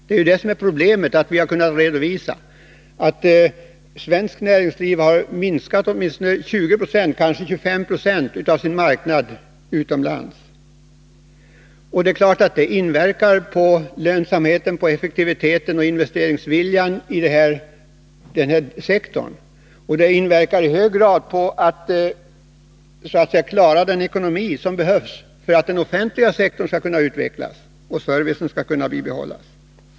Problemet är ju -— vilket vi också har kunnat redovisa — att svenskt näringsliv har förlorat åtminstone 20 26, kanske 25 2, av sin utlandsmarknad sedan början av 1970-talet. Det är klart att detta inverkar på lönsamheten, på effektiviteten och på investeringsviljan inom denna sektor. Det inverkar också på våra förutsättningar att bygga upp den ekonomi som behövs för att den offentliga sektorn skall kunna utvecklas och för att servicen skall kunna upprätthållas.